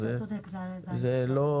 עד 25